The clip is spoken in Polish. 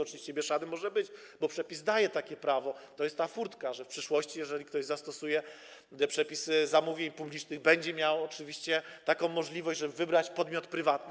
Oczywiście mieszany może być, bo przepis daje takie prawo, to jest ta furtka, że w przyszłości jeżeli ktoś zastosuje przepisy zamówień publicznych, będzie miał taką możliwość, żeby wybrać podmiot prywatny.